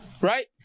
right